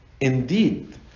indeed